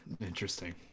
Interesting